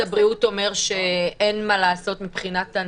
הבריאות אומר שאין מה לעשות מבחינת הנתונים,